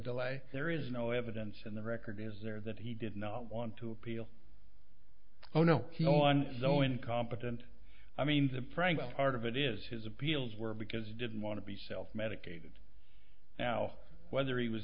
delay there is no evidence in the record is there that he did not want to appeal oh no he on though incompetent i mean the prank part of it is his appeals were because didn't want to be self medicated now whether he was